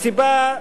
מסיבה,